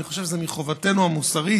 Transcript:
אני חושב שזו חובתנו המוסרית